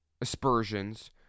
aspersions